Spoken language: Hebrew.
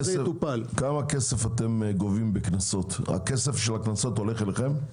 הכסף של הקנסות הולך אליכם?